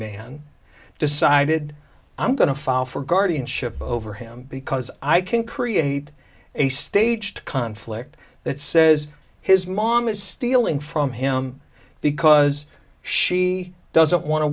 man decided i'm going to file for guardianship over him because i can create a stage conflict that says his mom is stealing from him because she doesn't want to